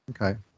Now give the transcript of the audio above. Okay